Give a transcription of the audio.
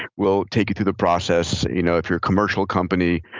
we'll take you through the process. you know if you're a commercial company,